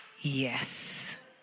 yes